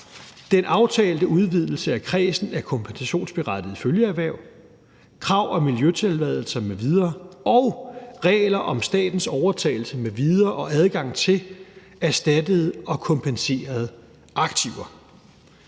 den aftalte udvidelse af kredsen af kompensationsberettigede følgeerhverv, krav om miljøtilladelser m.v. og regler om statens overtagelse m.v. og adgang til erstattede og kompenserede aktiver.